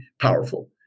powerful